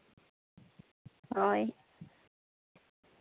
ᱦᱳᱭ